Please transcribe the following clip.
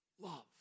love